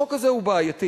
החוק הזה הוא בעייתי.